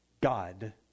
God